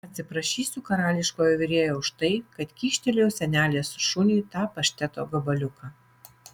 atsiprašysiu karališkojo virėjo už tai kad kyštelėjau senelės šuniui tą pašteto gabaliuką